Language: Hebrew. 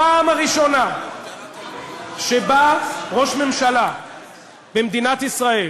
הפעם הראשונה שראש ממשלה במדינת ישראל